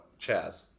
Chaz